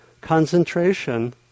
concentration